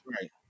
Right